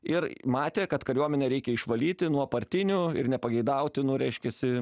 ir matė kad kariuomenę reikia išvalyti nuo partinių ir nepageidautinų reiškiasi